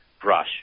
brush